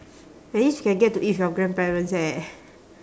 at least you can get to eat with your grandparents eh